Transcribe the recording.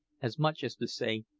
as much as to say,